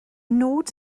nod